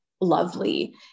lovely